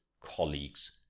colleagues